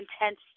intense